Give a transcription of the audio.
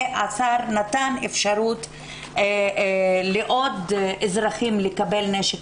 והשר נתן אפשרות לעוד אזרחים לקבל נשק